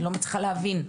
אני לא מצליחה להבין.